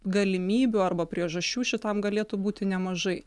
galimybių arba priežasčių šitam galėtų būti nemažai